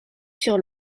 sur